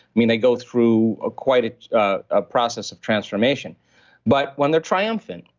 i mean they go through ah quite ah a process of transformation but when they're triumphant,